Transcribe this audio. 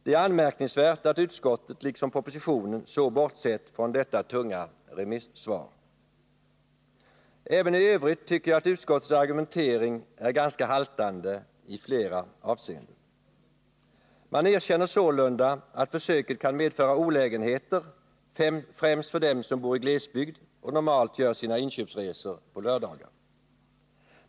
Det är anmärkningsvärt att man både i utskottsbetänkandet och i propositionen har bortsett ifrån detta tunga remissvar. Även i övrigt tycker jag att utskottets argumentering är ganska haltande i flera avseenden. Man erkänner sålunda att försöket kan medföra olägenheter främst för dem som bor i glesbygd och normalt gör sina inköpsresor på lördagar.